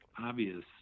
obvious